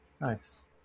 nice